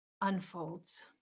unfolds